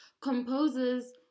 composers